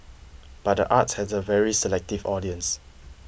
but the arts has a very selective audience